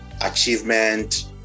achievement